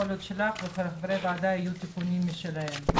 יכול להיות שלך ולחברי הוועדה יהיו תיקונים משלהם.